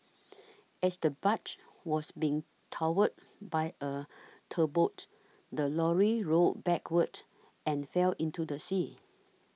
as the barge was being towed by a tugboat the lorry rolled backward and fell into the sea